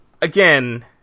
again